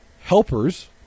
helpers